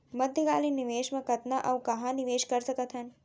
मध्यकालीन निवेश म कतना अऊ कहाँ निवेश कर सकत हन?